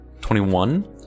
Twenty-one